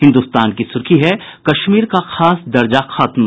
हिन्दुस्तान की सुर्खी है कश्मीर का खास दर्ज खत्म